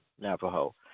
Navajo